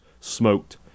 Smoked